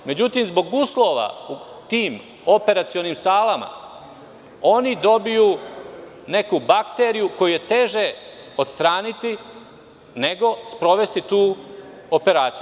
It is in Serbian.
Međutim, zbog uslova u tim operacionim salama dobiju neku bakteriju koju je teže odstraniti, nego sprovesti tu operaciju.